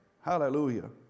Hallelujah